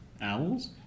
Owls